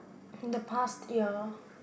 in the past year